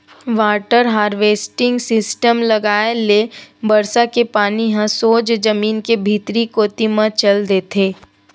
water harvesting system लगाए ले बरसा के पानी ह सोझ जमीन के भीतरी कोती म चल देथे